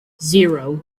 zero